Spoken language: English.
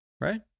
right